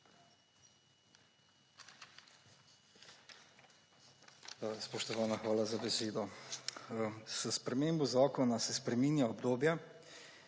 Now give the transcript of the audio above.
Spoštovana, hvala za besedo. S spremembo zakona se spreminja obdobje,